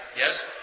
Yes